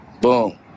Boom